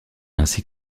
ainsi